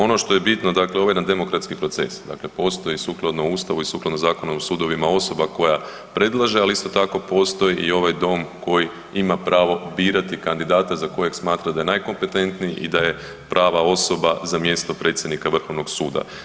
Ono što je bitno, dakle ovaj nam demokratski proces, dakle postoji sukladno Ustavu i sukladno Zakonu o sudovima osoba koja predlaže ali isto tako postoji i ovaj dom koji ima pravo birati kandidata za kojeg smatra da je najkompetentniji i da je prava osoba za mjesto predsjednika Vrhovnog suda.